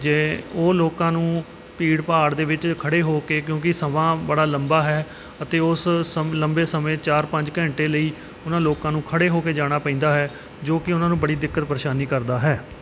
ਜੇ ਉਹ ਲੋਕਾਂ ਨੂੰ ਭੀੜ ਭਾੜ ਦੇ ਵਿੱਚ ਖੜ੍ਹੇ ਹੋ ਕੇ ਕਿਉਂਕਿ ਸਮਾਂ ਬੜਾ ਲੰਬਾ ਹੈ ਅਤੇ ਉਸ ਸਮ ਲੰਬੇ ਸਮੇਂ ਚਾਰ ਪੰਜ ਘੰਟੇ ਲਈ ਉਹਨਾਂ ਲੋਕਾਂ ਨੂੰ ਖੜ੍ਹੇ ਹੋ ਕੇ ਜਾਣਾ ਪੈਂਦਾ ਹੈ ਜੋ ਕਿ ਉਹਨਾਂ ਨੂੰ ਬੜੀ ਦਿੱਕਤ ਪਰੇਸ਼ਾਨੀ ਕਰਦਾ ਹੈ